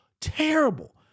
terrible